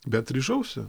bet ryžausi